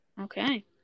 Okay